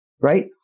right